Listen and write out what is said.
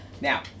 Now